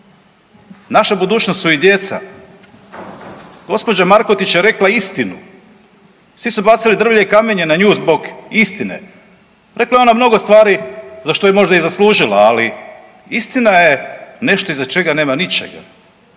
Naša budućnost su i djeca. Gđa. Markotić je rekla istinu, svi su bacili drvlje i kamenje na nju zbog istine. Rekla je ona mnogo stvari za što je možda i zaslužila, ali istina je nešto iza čega nema ničega.